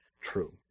True